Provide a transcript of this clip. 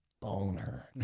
boner